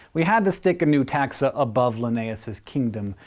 we had to stick a new taxa above linnaeus' kingdom.